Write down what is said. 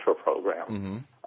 program